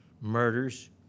murders